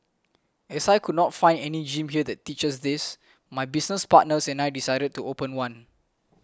as I could not find any gym here that teaches this my business partners and I decided to open one